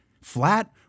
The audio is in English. flat